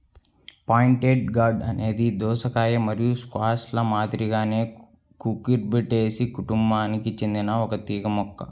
pointed gourd అనేది దోసకాయ మరియు స్క్వాష్ల మాదిరిగానే కుకుర్బిటేసి కుటుంబానికి చెందిన ఒక తీగ మొక్క